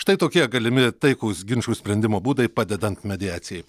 štai tokie galimi taikaus ginčų sprendimo būdai padedant mediacijai